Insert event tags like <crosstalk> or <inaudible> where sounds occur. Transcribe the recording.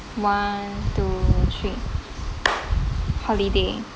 one two three <noise> holiday